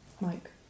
Mike